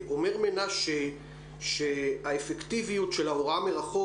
אומר מנשה שהאפקטיביות של ההוראה מרחוק